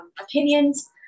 opinions